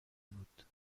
بود